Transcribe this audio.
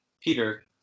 Peter